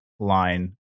line